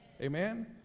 Amen